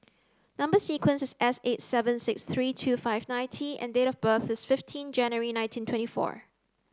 number sequence is S eight seven six three two five nine T and date of birth is fifteen January nineteen twenty four